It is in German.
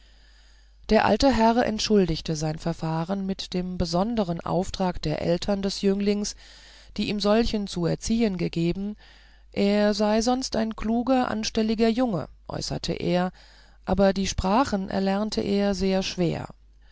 der alte herr entschuldigte sein verfahren mit dem besonderen auftrag der eltern des jünglings die ihm solchen zu erziehen gegeben er sei sonst ein kluger anstelliger junge äußerte er aber die sprachen erlerne er sehr schwer